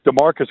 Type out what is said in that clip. DeMarcus